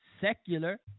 secular